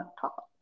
talk